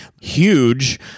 huge